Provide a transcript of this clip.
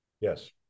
Yes